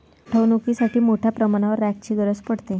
साठवणुकीसाठी मोठ्या प्रमाणावर रॅकची गरज पडते